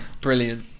Brilliant